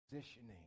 positioning